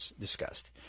discussed